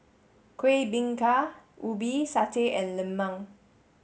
Kuih Bingka Ubi Satay and Lemang